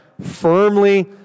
firmly